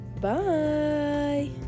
Bye